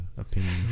opinion